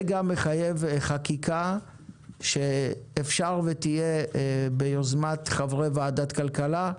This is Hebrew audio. וזה מחייב גם חקיקה שאפשר ותהיה ביוזמת חברי ועדת כלכלה,